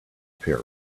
pair